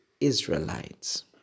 Israelites